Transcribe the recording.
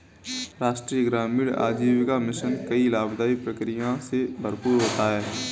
राष्ट्रीय ग्रामीण आजीविका मिशन कई लाभदाई प्रक्रिया से भरपूर होता है